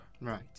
right